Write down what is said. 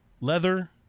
leather